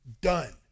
Done